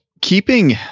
Keeping